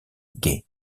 gay